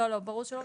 ברור שלא.